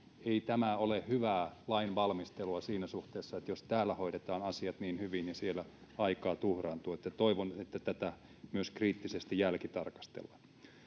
ei tämä ole hyvää lainvalmistelua siinä suhteessa että jos täällä hoidetaan asiat niin hyvin niin siellä aikaa tuhraantuu toivon että tätä myös kriittisesti jälkitarkastellaan